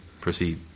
proceed